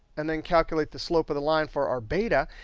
and then calculate the slope of the line for our beta,